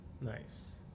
Nice